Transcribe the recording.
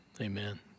amen